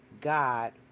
God